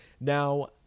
Now